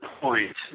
point